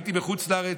הייתי בחוץ לארץ.